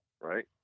right